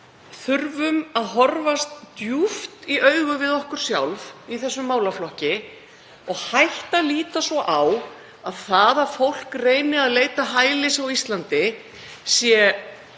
þurfum að horfast djúpt í augu við okkur sjálf í þessum málaflokki og hætta að líta svo á að það að fólk reyni að leita hælis á Íslandi sé